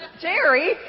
Jerry